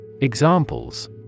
Examples